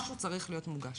משהו צריך להיות מוגש.